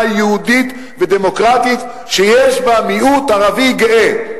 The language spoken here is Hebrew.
יהודית ודמוקרטית שיש בה מיעוט ערבי גאה.